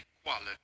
equality